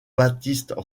baptiste